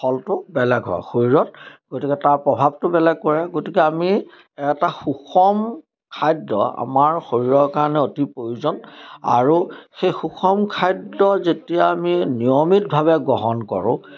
ফলটো বেলেগ হয় শৰীৰত গতিকে তাৰ প্ৰভাৱটো বেলেগ কৰে গতিকে আমি এটা সুষম খাদ্য আমাৰ শৰীৰৰ কাৰণে অতি প্ৰয়োজন আৰু সেই সুষম খাদ্য যেতিয়া আমি নিয়মিতভাৱে গ্ৰহণ কৰোঁ